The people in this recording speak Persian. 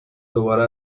دوباره